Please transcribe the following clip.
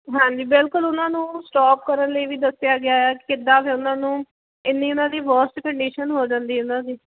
ਹਾਂਜੀ ਬਿਲਕੁਲ ਉਹਨਾਂ ਨੂੰ ਸਟੋਪ ਕਰਨ ਲਈ ਵੀ ਦੱਸਿਆ ਗਿਆ ਕਿੱਦਾਂ ਫਿਰ ਉਹਨਾਂ ਨੂੰ ਇੰਨੀ ਉਹਨਾਂ ਦੀ ਵਸਟ ਕੰਡੀਸ਼ਨ ਹੋ ਜਾਂਦੀ ਉਹਨਾਂ ਦੀ